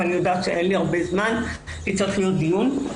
ואני יודעת שאין לי זמן רב כי צריך להתקיים דיון.